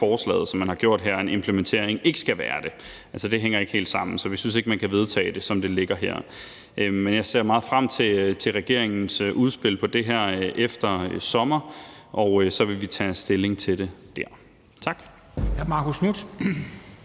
forslaget, som man har gjort her, at en implementering ikke skal være det. Det hænger ikke helt sammen. Så vi synes ikke, man kan vedtage det, som det ligger her. Men jeg ser meget frem til regeringens udspil om det her efter sommer, og så vil vi tage stilling til det der. Tak.